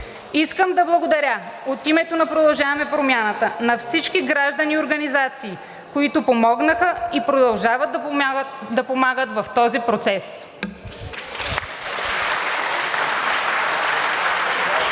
Искам да благодаря от името на „Продължаваме Промяната“ на всички граждани и организации, които помогнаха и продължават да помагат в този процес.